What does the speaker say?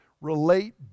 relate